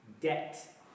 Debt